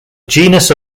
genus